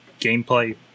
gameplay